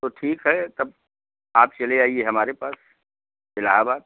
तो ठीक है तब आप चले आइए हमारे पास इलाहाबाद